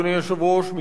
אדוני היושב-ראש,